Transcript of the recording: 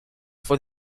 for